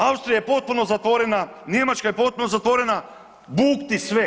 Austrija je potpuno zatvorena, Njemačka je potpuno zatvorena, bukti sve.